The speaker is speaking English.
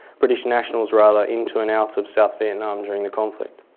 british nationals were ah allowed into and out of south vietnam during the conflict.